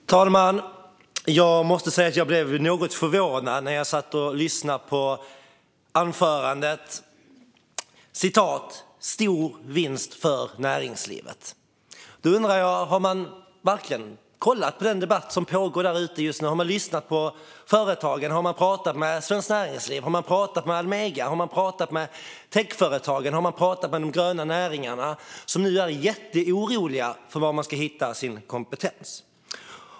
Fru talman! Jag måste säga att jag blev något förvånad när jag lyssnade på anförandet och hörde "stor vinst för näringslivet". Då undrar jag: Har man verkligen kollat på den debatt som pågår där ute just nu? Har man lyssnat på företagen? Har man pratat med Svenskt Näringsliv? Har man pratat med Almega? Har man pratat med techföretagen? Har man pratat med de gröna näringarna? De är nu jätteoroliga för var de ska hitta sin kompetens.